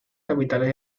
capitales